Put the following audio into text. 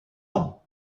ans